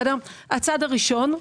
הצד הראשון,